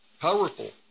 powerful